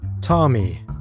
Tommy